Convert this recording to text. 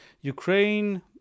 Ukraine